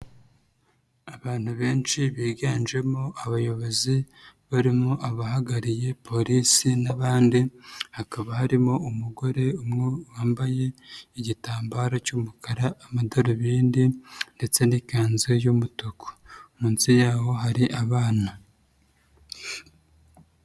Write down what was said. Abantu benshi biganjemo abayobozi barimo abahagarariye polisi n'abandi, hakaba harimo umugore umwe wambaye igitambaro cy'umukara, amadarubindi ndetse n'ikanzu y'umutuku, munsi yaho hari abana.